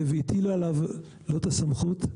והטילה עליו לא את הסמכות,